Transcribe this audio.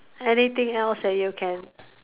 anything else that you can